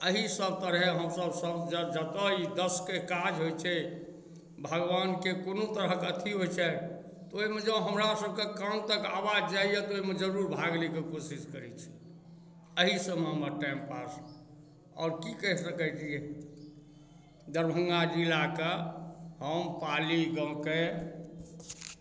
एही सभतरहे हमसभ सभ सभ जतय ई यशके काज होइ छै भगवानकेँ कोनो तरहक अथी होइ छनि तऽ ओहिमे जँ हमरासभके कान तक आवाज जाइए तऽ ओहिमे जरूर भाग लैके कोशिश करै छी एही सभमे हमर टाइम पास होइए आओर की कहि सकै छी दरभंगा जिलाके हम पाली गामके